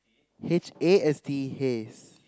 H A S T E haste